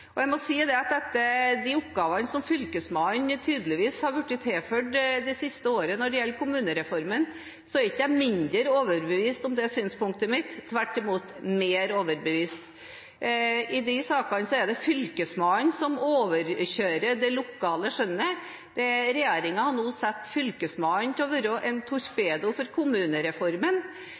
Jeg må si at når jeg ser de oppgavene som Fylkesmannen tydeligvis har blitt tilført det siste året når det gjelder kommunereformen, er jeg ikke mindre overbevist om det synspunktet mitt – tvert imot mer overbevist. I de sakene er det Fylkesmannen som overkjører det lokale skjønnet. Regjeringen har nå satt Fylkesmannen til å være en torpedo for kommunereformen.